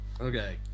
Okay